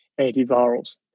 antivirals